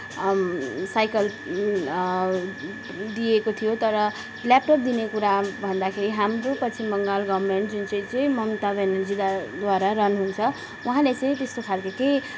cycle दिएको थियो तर ल्यापटप दिने कुरा भन्दाखेरि हाम्रो पश्चिम बङ्गाल गभर्मेन्ट जुन चाहिँ चाहिँ ममता ब्यानर्जीद्वारा द्वारा रन हुन्छ उँहाले चाहिँ त्यस्तो खालके केही